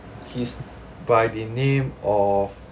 he's by the name of